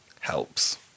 helps